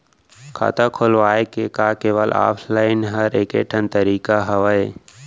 खाता खोलवाय के का केवल ऑफलाइन हर ऐकेठन तरीका हवय?